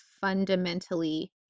fundamentally